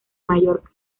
mallorca